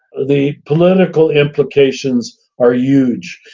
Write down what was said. the political implications are huge.